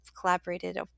collaborated